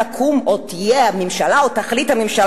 תקום או תחליט הממשלה הנוכחית,